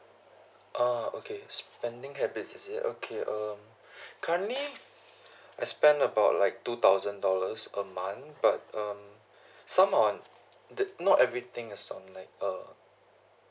oh okay spending habits is it okay um currently I spend about like two thousand dollars a month but um some on not everything uh so like uh